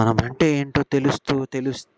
మనం అంటే ఏంటో తెలుస్తూ